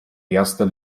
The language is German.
erster